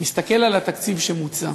מסתכל על התקציב שמוצע,